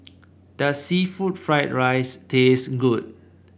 does seafood Fried Rice taste good